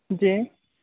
जी